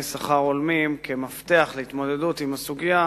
השכר ההולמים כמפתח להתמודדות ם הסוגיה,